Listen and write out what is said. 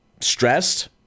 stressed